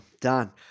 done